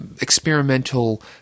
experimental